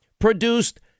produced